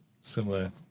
similar